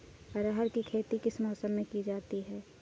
अरहर की खेती किस मौसम में की जाती है?